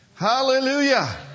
Hallelujah